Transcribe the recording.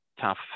tough